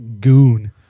goon